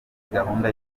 gahunda